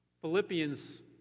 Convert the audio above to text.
Philippians